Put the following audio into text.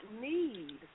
need